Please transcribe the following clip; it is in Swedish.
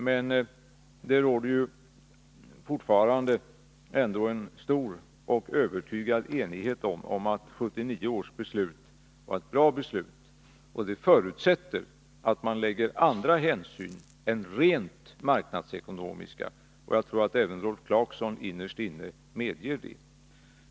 Men det råder fortfarande stor och övertygad enighet om att 1979 års beslut var ett bra beslut, och det förutsätter andra hänsyn än rent marknadsekonomiska. Jag tror att även Rolf Clarkson innerst inne medger det.